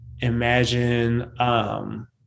imagine